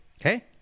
Okay